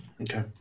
Okay